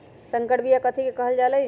संकर बिया कथि के कहल जा लई?